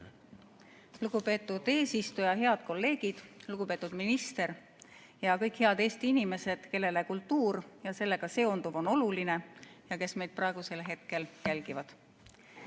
Lugupeetud eesistuja! Head kolleegid! Lugupeetud minister ja kõik head Eesti inimesed, kellele kultuur ja sellega seonduv on oluline ja kes te meid praegusel hetkel jälgite!